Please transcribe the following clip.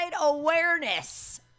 awareness